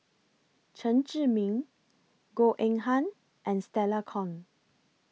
Chen Zhiming Goh Eng Han and Stella Kon